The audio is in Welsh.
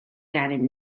gennym